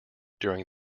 during